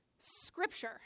Scripture